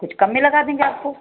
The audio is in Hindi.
कुछ कम में लगा देंगे आप को